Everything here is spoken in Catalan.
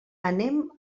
anem